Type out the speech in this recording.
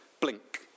Blink